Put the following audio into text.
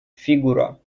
фигура